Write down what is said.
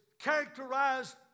characterized